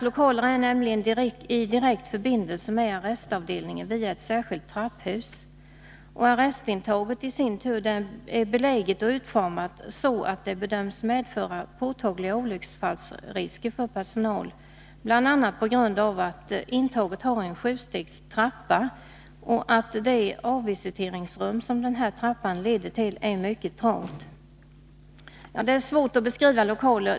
Lokalerna har nämligen direktförbindelse med arrestavdelningen via ett särskilt trapphus. Arrestintaget i sin tur är beläget och utformat så, att det bedöms medföra påtagliga olycksfallsrisker för personal, bl.a. på grund av att intaget har en sjustegstrappa och att det avvisiteringsrum som denna trappa leder till är mycket trångt. Det är svårt att beskriva lokaler.